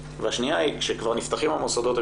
והשנייה היא שכשכבר נפתחים המוסדות הם